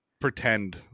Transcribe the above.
pretend